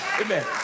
Amen